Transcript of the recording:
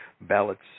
ballots